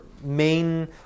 main